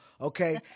okay